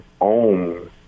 own